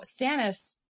Stannis